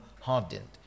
hardened